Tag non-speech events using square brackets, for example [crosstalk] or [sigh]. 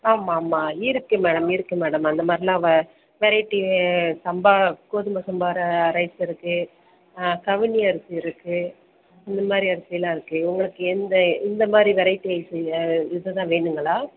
ஆமாம்மா இருக்கு மேடம் இருக்கு மேடம் அந்த மார்லாம் வ வெரைட்டி சம்பா கோதுமை சம்பா ர ரைஸ் இருக்கு கவுனி அரிசி இருக்கு இந்த மாதிரி அரிசிலாம் இருக்கு உங்களுக்கு எந்த இந்த மாதிரி வெரைட்டி ரைஸ் [unintelligible] இது தான் வேணுங்களா